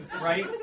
right